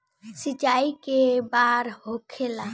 सिंचाई के बार होखेला?